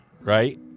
right